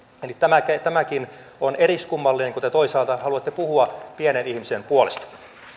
eli tämäkin on eriskummallista kun te toisaalta haluatte puhua pienen ihmisen puolesta